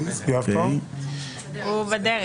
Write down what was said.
יואב בדרך.